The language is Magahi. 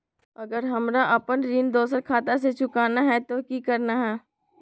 अगर हमरा अपन ऋण दोसर खाता से चुकाना है तो कि करना है?